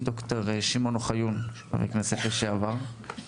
ידידי חבר הכנסת יוסי טייב,